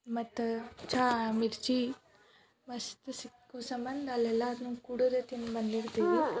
ಮತ್ತು ಚಾ ಮಿರ್ಚಿ ಮಸ್ತ್ ಸಿಕ್ ಸಂಬಂಧ ಅಲ್ಲಿ ಎಲ್ಲರ್ನೂ ಕೂಡೇರಿ ತಿಂದು ಬಂದಿರ್ತೀವಿ